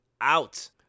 out